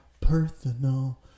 personal